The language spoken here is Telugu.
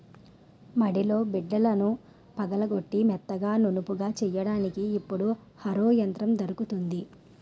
మడిలో బిడ్డలను పగలగొట్టి మెత్తగా నునుపుగా చెయ్యడానికి ఇప్పుడు హరో యంత్రం దొరుకుతుంది